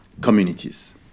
communities